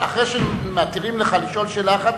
אחרי שמתירים לך לשאול שאלה אחת,